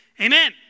amen